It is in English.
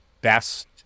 best